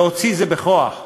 להוציא זה בכוח.